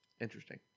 Interesting